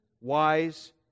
wise